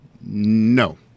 No